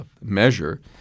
measure